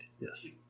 yes